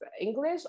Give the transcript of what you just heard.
English